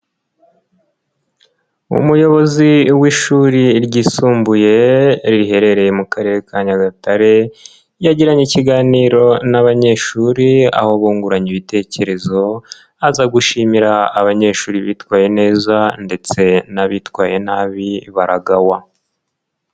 Umuyobozi w'ishuri ryisumbuye riherereye mu Karere ka Nyagatare, yagiranye ikiganiro n'abanyeshuri aho bunguranye ibitekerezo, aza gushimira abanyeshuri bitwaye neza ndetse n'abitwaye nabi baragawa.